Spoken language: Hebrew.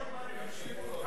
מה, יש צמחונים ערבים?